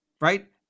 right